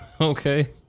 Okay